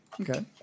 Okay